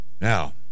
Now